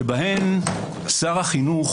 שבהן שר החינוך